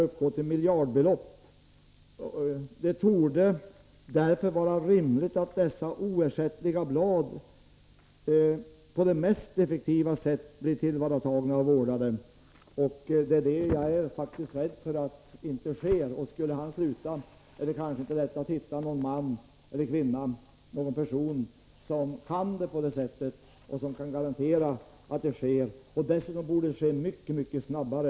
Han säger vidare att det därför torde vara rimligt att dessa oersättliga blad på det mest effektiva sätt blir tillvaratagna och vårdade. ; Jag är faktiskt rädd för att detta inte kommer att ske. Om han upphör med sitt arbete lär det inte vara lätt att finna någon annan som kan garantera att så sker. Dessutom borde arbetet framskrida mycket snabbare.